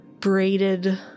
braided